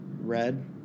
Red